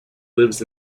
lives